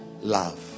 love